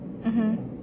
mmhmm